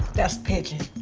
that's pigeon.